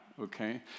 okay